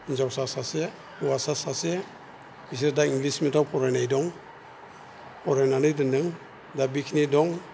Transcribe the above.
हिन्जावसा सासे हौवासा सासे बिसोर दा इंग्लिस मेदियाम फरायनाय दं फरायनानै दोनदों दा बिखिनि दं